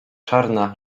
czarna